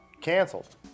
Canceled